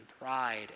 pride